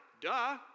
duh